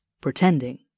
pretending